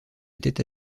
était